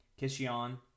Kishion